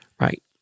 right